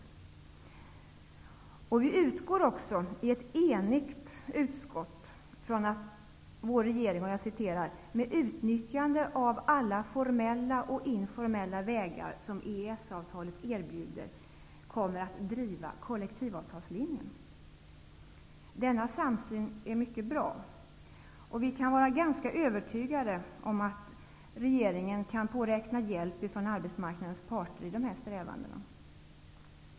Ett enigt utskott utgår också från att vår regering ''med utnyttjande av alla formella och informella vägar som EES-avtalet erbjuder kommer att driva kollektivavtalslinjen''. Denna samsyn är mycket bra, och vi kan vara övertygade om att regeringen kan påräkna hjälp från arbetsmarknadens parter i dessa strävanden.